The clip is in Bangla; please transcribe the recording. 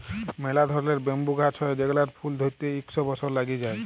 ম্যালা ধরলের ব্যাম্বু গাহাচ হ্যয় যেগলার ফুল ধ্যইরতে ইক শ বসর ল্যাইগে যায়